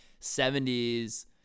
70s